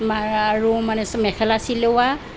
আৰু মানে মেখেলা চিলোৱা